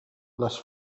les